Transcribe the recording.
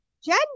Jen